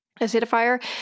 acidifier